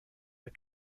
the